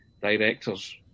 directors